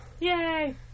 Yay